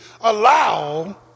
allow